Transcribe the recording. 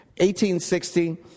1860